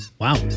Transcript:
Wow